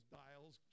dials